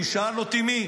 הוא שאל אותי מי.